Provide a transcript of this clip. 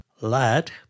Lad